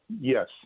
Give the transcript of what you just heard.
Yes